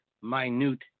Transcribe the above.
minute